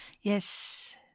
Yes